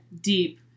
deep